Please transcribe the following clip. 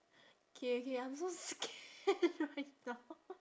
K K I'm so scared right now